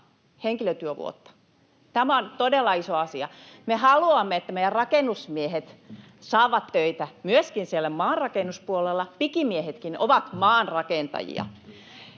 välihuuto] Tämä on todella iso asia. Me haluamme, että meidän rakennusmiehet saavat töitä myöskin siellä maanrakennuspuolella, pikimiehetkin ovat maanrakentajia.